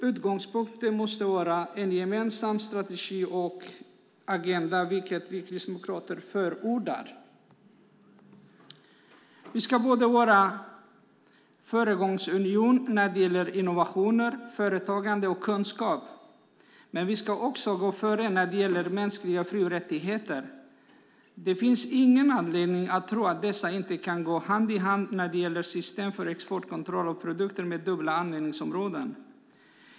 Utgångspunkten måste vara en gemensam strategi och agenda, något som vi kristdemokrater förordar. Vi ska vara en föregångsunion när det gäller innovationer, företagande och kunskap. Vi ska också gå före när det gäller mänskliga fri och rättigheter. Det finns ingen anledning att tro att dessa inte kan gå hand i hand när det gäller system för exportkontroll av produkter med dubbla användningsområden. Herr talman!